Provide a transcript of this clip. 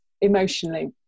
emotionally